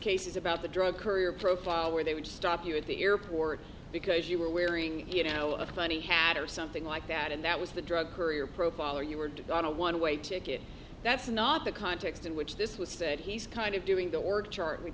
cases about the drug courier profile where they would stop you at the airport because you were wearing you know a funny hat or something like that and that was the drug courier profile or you were to got a one way ticket that's not the context in which this was said he's kind of doing the